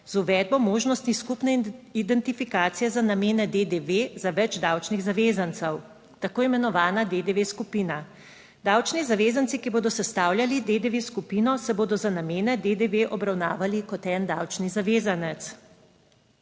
Z uvedbo možnosti skupne identifikacije za namene DDV za več davčnih zavezancev tako imenovana DDV skupina. Davčni zavezanci, ki bodo sestavljali DDV skupino, se bodo za namene DDV obravnavali kot en davčni zavezanec.